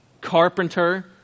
Carpenter